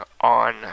on